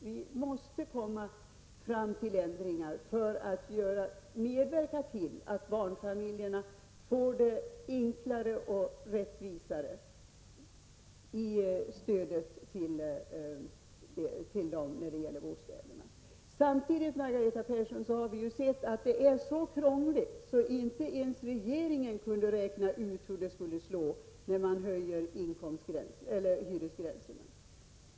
Vi måste åstadkomma ändringar i bostadsstödet till barnfamiljerna för att få till stånd en ordning som är enklare och rättvisare. Det nuvarande bostadsbidragssystemet är så krångligt att inte ens regeringen kunde räkna ut hur det skulle slå när man höjde hyresgränserna.